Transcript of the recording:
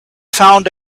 found